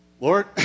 Lord